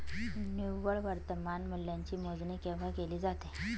निव्वळ वर्तमान मूल्याची मोजणी केव्हा केली जाते?